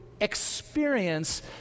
experience